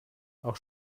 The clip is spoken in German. auch